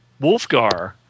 Wolfgar